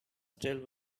still